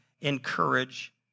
encourage